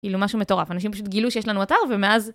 כאילו משהו מטורף, אנשים פשוט גילו שיש לנו אתר, ומאז...